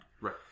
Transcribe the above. Right